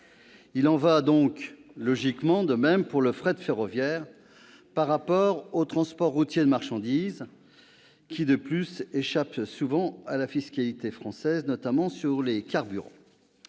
Il en va logiquement de même pour le fret ferroviaire par rapport au transport routier de marchandises, qui échappe souvent à la fiscalité française, notamment sur les carburants.